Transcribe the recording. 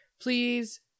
Please